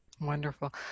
wonderful